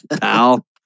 pal